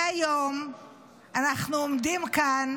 והיום אנחנו עומדים להחליט כאן